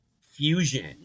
fusion